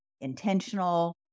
intentional